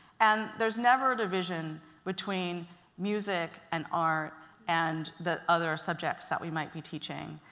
and there's never a division between music and art and the other subjects that we might be teaching.